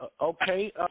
Okay